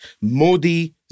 Modi